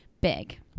big